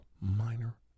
minor